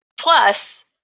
plus